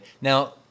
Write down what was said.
now